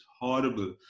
horrible